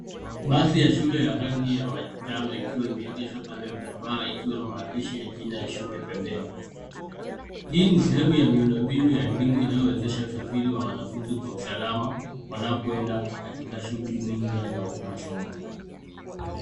Basi ya shule ya rangi ya manjano ikiwa imeegeshwa kando ya barabara ikiwa na maandishi ya jina ya shule pembeni. Hii ni sehemu ya miundombinu ya elimu inayowezesha usafiri wa wanafunzi kwa usalama wanapoenda katika shughuli mingi zao za masomo.